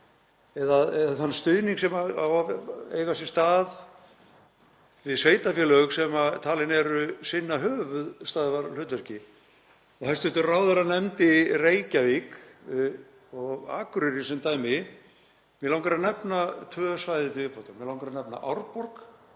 eða þann stuðning sem á að verða við sveitarfélög sem talin eru sinna höfuðstaðarhlutverki. Hæstv. ráðherra nefndi Reykjavík og Akureyri sem dæmi. Mig langar að nefna tvö svæði til viðbótar, mig langar að nefna Árborg